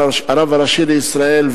הרב הראשי לישראל,